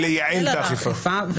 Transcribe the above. היא לייעל את האכיפה.